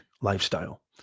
lifestyle